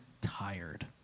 tired